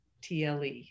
Tle